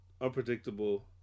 Unpredictable